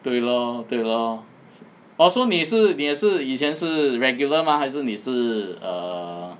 对 lor 对 lor orh so 你是你也是以前是 regular mah 还是你是 err